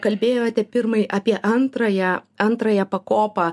kalbėjote pirmai apie antrąją antrąją pakopą